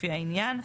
לפי העניין,